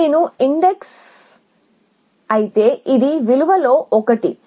కాబట్టి నేను index అయితే ఇది విలువలలో ఒకటి